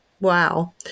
wow